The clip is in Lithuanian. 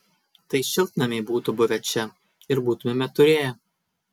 tai šiltnamiai būtų buvę čia ir būtumėme turėję